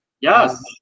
Yes